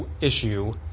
issue